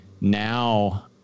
now